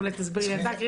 אולי תסביר לי אתה.